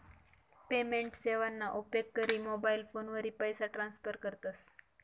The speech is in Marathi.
पेमेंट सेवाना उपेग करी मोबाईल फोनवरी पैसा ट्रान्स्फर करतस